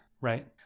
Right